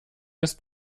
ist